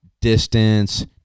Distance